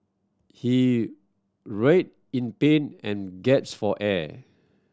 he writhed in pain and gasped for air